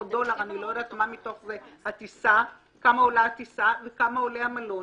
כמה מתוכה עולה הטיסה וכמה עולה המלון,